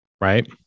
right